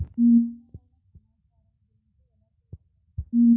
వాతావరణ సమాచారము గురించి ఎలా తెలుకుసుకోవచ్చు?